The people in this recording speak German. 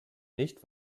nicht